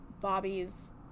Bobby's